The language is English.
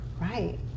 Right